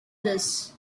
this